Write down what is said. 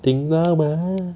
听到吗